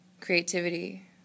creativity